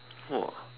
!wah!